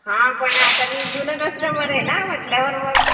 हां पण आता मी जुनं कस्टमर आहे ना म्हटल्यावर मग